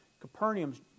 Capernaum's